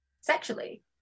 sexually